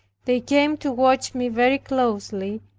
they came to watch me very closely,